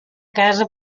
casa